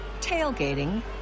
tailgating